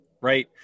right